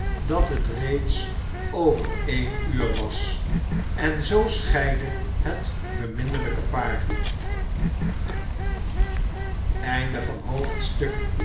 dat het reeds over één uur was en zoo scheidde het beminnelijke paar